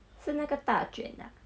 是那个大卷啊